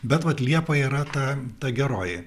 bet vat liepa yra ta ta geroji